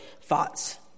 Thoughts